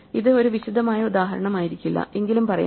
ഇത് ഒരു വിശദമായ ഉദാഹരണമായിരിക്കില്ല എങ്കിലും പറയാം